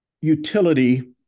utility